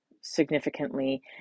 significantly